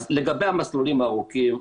לגבי המסלולים הארוכים,